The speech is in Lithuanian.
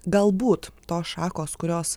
galbūt tos šakos kurios